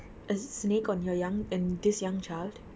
a snake on her young and this young child